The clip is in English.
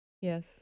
Yes